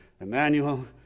emmanuel